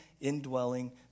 indwelling